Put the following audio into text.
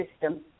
system